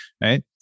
right